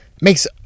makes